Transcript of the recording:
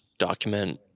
document